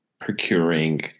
procuring